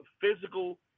physical